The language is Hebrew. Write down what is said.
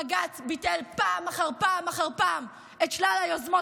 בג"ץ ביטל פעם אחר פעם אחר פעם את שלל היוזמות